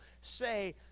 say